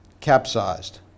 capsized